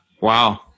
Wow